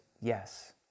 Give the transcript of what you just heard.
yes